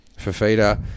Fafita